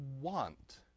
want